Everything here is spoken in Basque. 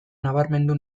nabarmendu